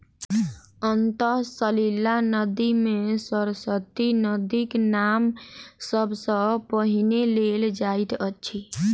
अंतः सलिला नदी मे सरस्वती नदीक नाम सब सॅ पहिने लेल जाइत अछि